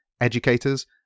educators